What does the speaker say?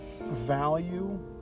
value